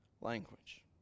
language